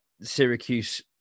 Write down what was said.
Syracuse